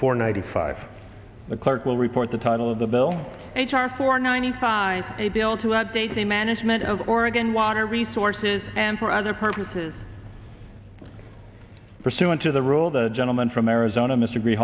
four ninety five the clerk will report the title of the bill h r four ninety five a bill to update the management of oregon water resources and for other purposes pursuant to the rule the gentleman from arizona m